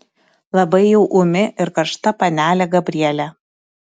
labai jau ūmi ir karšta panelė gabrielė